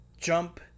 jump